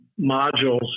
modules